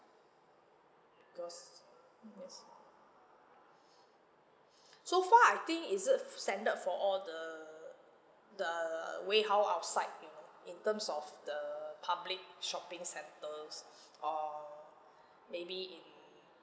cause yes so far I think is it standard for all the the way how outside you know in terms of the public shopping centres or maybe in